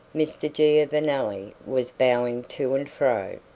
mr. giovanelli was bowing to and fro,